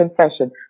confession